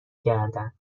کردند